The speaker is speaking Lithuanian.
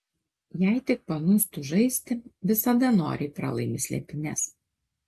jei tik panūstu žaisti visada noriai pralaimi slėpynes